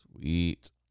Sweet